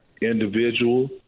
individual